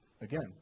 again